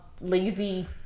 lazy